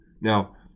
Now